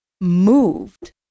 moved